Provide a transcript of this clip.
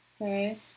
Okay